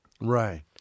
Right